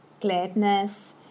gladness